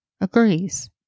agrees